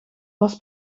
was